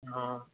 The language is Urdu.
ہاں